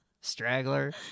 Straggler